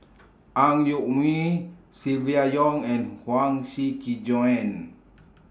Ang Yoke Mooi Silvia Yong and Huang Shiqi Joan